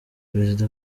perezida